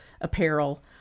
apparel